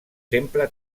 sempre